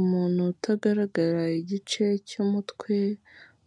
Umuntu utagaragara igice cy'umutwe